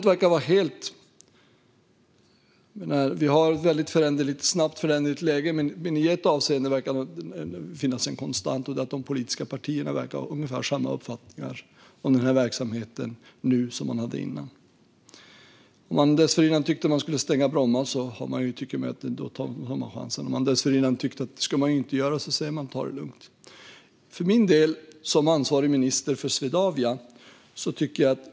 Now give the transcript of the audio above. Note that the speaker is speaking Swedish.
Vi har ett snabbt föränderligt läge, men i ett avseende verkar det finnas en konstant: De politiska partierna verkar ha ungefär samma uppfattningar om den här verksamheten nu som de hade tidigare. De som tidigare tyckte att man skulle stänga Bromma tycker att man nu har chansen; de som tidigare tyckte att man inte skulle göra det säger i stället: Ta det lugnt! Jag är ansvarig minister för Swedavia.